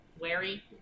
Wary